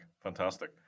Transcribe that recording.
fantastic